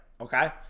okay